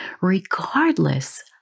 regardless